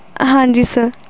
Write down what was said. ਹਾਂਜੀ ਸਰ